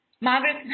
Margaret